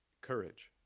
courage,